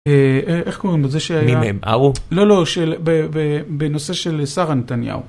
איך קוראים לו, זה שהיה, לא לא, בנושא של שרה נתניהו.